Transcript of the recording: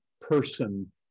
person